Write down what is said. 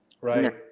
right